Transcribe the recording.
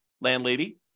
landlady